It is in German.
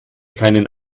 keinen